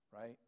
Right